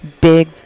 big